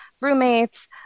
roommates